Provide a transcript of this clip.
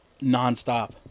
nonstop